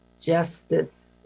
Justice